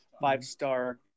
five-star